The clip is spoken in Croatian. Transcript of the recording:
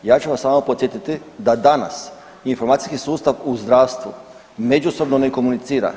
Ja ću vas samo podsjetiti da danas informacijski sustav u zdravstvu međusobno ne komunicira.